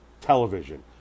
Television